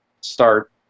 start